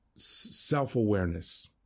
self-awareness